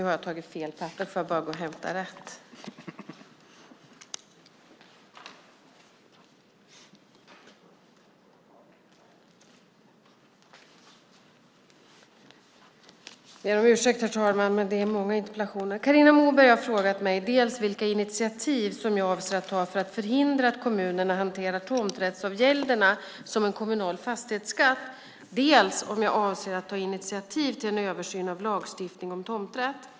Herr talman! Carina Moberg har frågat mig dels vilka initiativ som jag avser att ta för att förhindra att kommunerna hanterar tomträttsavgälderna som en kommunal fastighetsskatt, dels om jag avser att ta initiativ till en översyn av lagstiftningen om tomträtt.